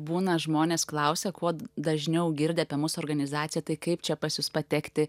būna žmonės klausia kuo dažniau girdi apie mūsų organizaciją tai kaip čia pas jus patekti